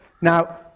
Now